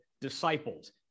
disciples